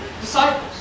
disciples